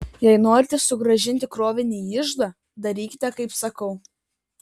jei norite sugrąžinti krovinį į iždą darykite kaip sakau